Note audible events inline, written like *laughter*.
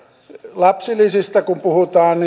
lapsilisistä kun puhutaan *unintelligible*